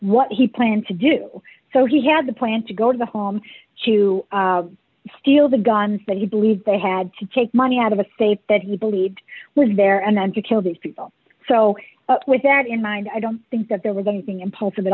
what he planned to do so he had the plan to go to the home to steal the guns that he believed they had to take money out of a safe that he believed was there and then to kill these people so with that in mind i don't think that there was anything impulsive at